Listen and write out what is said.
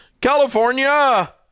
California